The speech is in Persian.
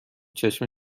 چشم